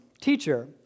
Teacher